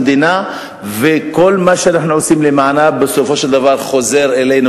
המדינה וכל מה שאנחנו עושים למענה בסופו של דבר חוזר אלינו,